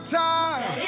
time